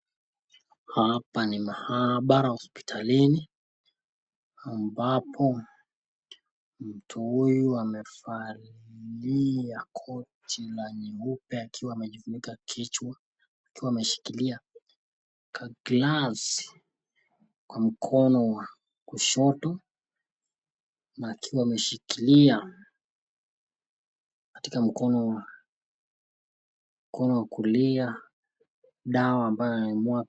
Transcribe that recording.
Hapa ni maabara hospitalini, ambapo mtu huyu amevalia koti la nyeupe akiwa amejifunika kichwa, akiwa ameshikilia kaglasi kwa mkono wa kushoto na akiwa ameshikilia kwa mkono wa kulia dawa ambayo na...